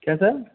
क्या सर